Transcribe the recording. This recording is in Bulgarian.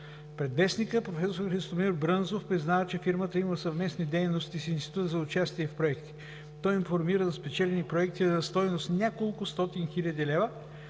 Пред вестника професор Христомир Брънзов признава, че фирмата има съвместни дейности с Института за участие в проекти. Той информира за спечелени проекти на стойност няколко стотин хиляди лева,